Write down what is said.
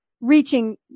reaching